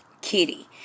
Kitty